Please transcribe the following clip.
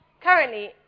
currently